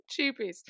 Cheapies